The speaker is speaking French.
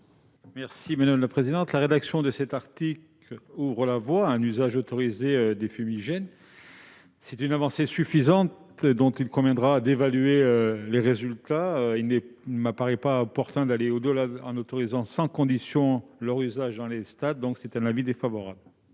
commission ? La nouvelle rédaction de l'article 11 A ouvre la voie à un usage autorisé des fumigènes. C'est une avancée suffisante, dont il conviendra d'évaluer les résultats. Il ne m'apparaît pas opportun d'aller au-delà en autorisant sans condition leur usage dans les stades. La commission émet donc un avis défavorable.